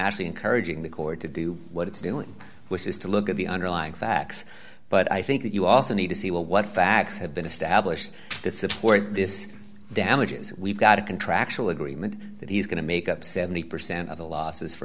actually encouraging the court to do what it's doing which is to look at the underlying facts but i think that you also need to see what facts have been established that support this damages we've got a contractual agreement that he's going to make up seventy percent of the losses for